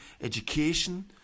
education